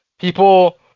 People